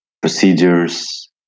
procedures